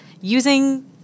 using